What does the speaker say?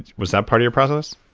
was that part of your process?